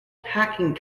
packing